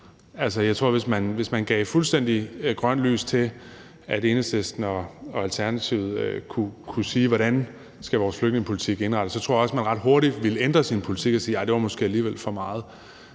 Altså, hvis man gav fuldstændig grønt lys til, at Enhedslisten og Alternativet kunne sige, hvordan vores flygtningepolitik skulle indrettes, så tror jeg også, at man ret hurtigt ville ændre sin politik og sige, at det måske alligevel var for meget.